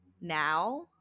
now